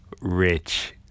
rich